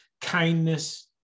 kindness